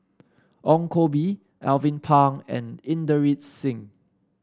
Ong Koh Bee Alvin Pang and Inderjit Singh